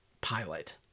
pilot